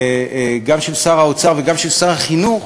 גם של שר האוצר וגם של שר החינוך,